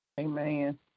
Amen